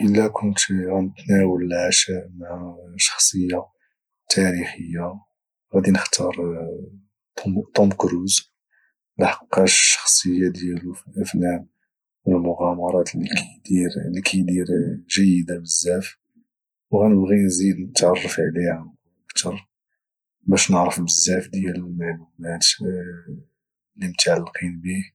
الى كنت غنتناول العشاء مع شخصية تاريخية غادي نختار طوم كروز لحقاش الشخصية ديالو في الأفلام والمغامرات اللي كيدير جيدة بزاف وغنبغي نزيد نتعرف عليه عن قرب كتر باش نعرف بزاف ديال المعلومات اللي متعلقين به